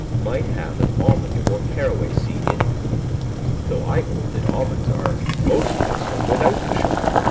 might have an almond or caraway seed in it though i hold that almonds are most wholesome without the sugar